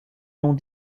noms